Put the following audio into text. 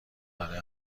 داده